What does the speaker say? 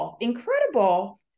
incredible